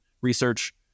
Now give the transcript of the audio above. research